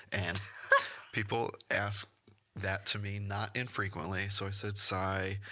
and people ask that to me not infrequently. so i said, sigh,